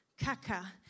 kaka